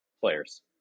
players